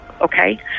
okay